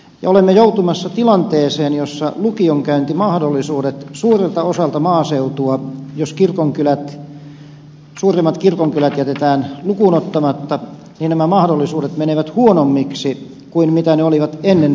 olemme joutumassa tilanteeseen jossa lukionkäyntimahdollisuudet suurelta osalta maaseutua jos suurimmat kirkonkylät jätetään lukuun ottamatta menevät huonommiksi kuin ne olivat ennen viime sotia